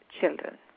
children